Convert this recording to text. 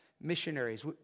missionaries